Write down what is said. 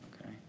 Okay